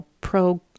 pro-